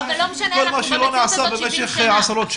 כל מה שלא נעשה במשך עשרות שנים.